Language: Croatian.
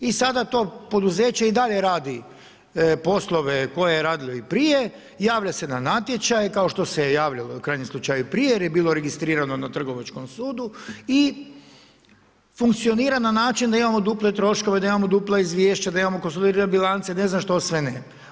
I sada to poduzeće i dalje radi poslove koje je radilo i prije, javlja se na natječaje, kao što se je javljalo i u krajnjem slučaju, prije, jer je bilo registrirano na Trgovačkom sudu i funkcionira na način da imamo duple troškove, da imamo dupla izvješća da imamo konsolidirane bilance, ne znam što sve ne.